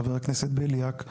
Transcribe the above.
חה"כ בליאק,